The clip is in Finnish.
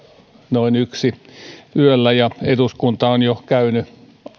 noin yksi yöllä ja eduskunta on jo käynyt